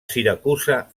siracusa